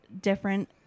different